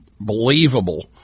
believable